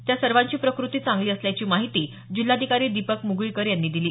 त्या सर्वांची प्रकृती चांगली असल्याची माहिती जिल्हाधिकारी दीपक मुगळीकर यांनी दिली